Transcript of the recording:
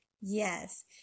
Yes